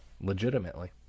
Legitimately